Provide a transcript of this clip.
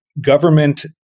government